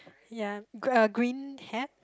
ya g~ uh green hat